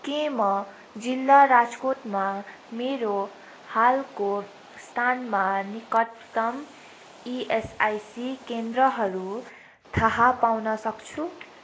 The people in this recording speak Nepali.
के म जिल्ला राजकोटमा मेरो हालको स्थानमा निकटतम इएसआइसी केन्द्रहरू थाह पाउन सक्छु